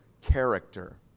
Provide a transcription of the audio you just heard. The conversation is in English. character